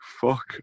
fuck